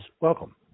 welcome